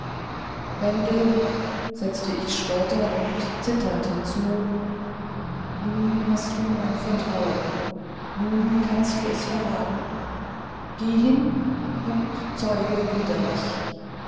bendel setzt ich spät und zitternd hinzu nun hast du mein vertrauen nun kannst du es verraten geh hin und zeuge wider mich